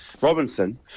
Robinson